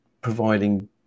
providing